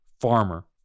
farmer